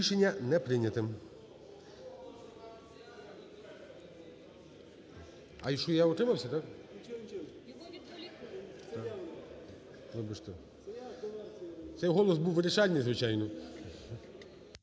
Рішення не прийнято.